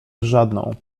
żadną